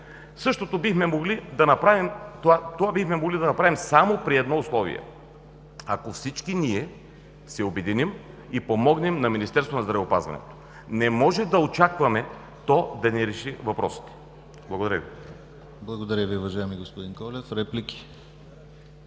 Същото бихме могли да направим само при едно условие – ако всички ние се обединим и помогнем на Министерството на здравеопазването. Не може да очакваме то да ни реши въпросите. Благодаря Ви.